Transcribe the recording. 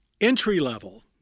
entry-level